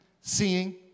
seeing